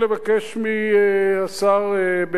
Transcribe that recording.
לבקש מהשר בגין,